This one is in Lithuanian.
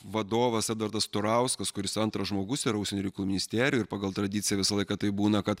vadovas edvardas turauskas kuris antras žmogus yra užsienio reikalų ministerijoj ir pagal tradiciją visą laiką taip būna kad